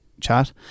chat